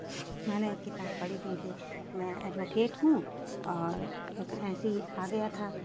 میں نے ایک کتاب پڑھی کیونکہ میں ایڈوکیٹ ہوں اور ایک ایسے ہی آ گیا تھا